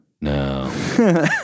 No